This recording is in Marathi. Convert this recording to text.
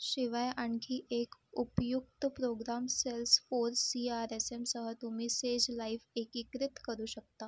शिवाय आणखी एक उपयुक्त program Salesforce C R S एमसह तुम्ही सेज लाइव्ह एकीकृत करू शकता